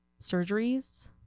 surgeries